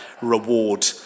reward